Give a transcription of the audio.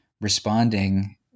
responding